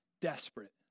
desperate